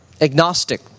agnostic